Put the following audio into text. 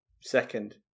Second